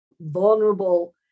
vulnerable